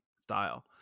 style